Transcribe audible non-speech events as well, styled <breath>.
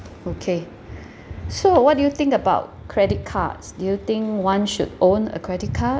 okay <breath> so what do you think about credit cards do you think one should own a credit card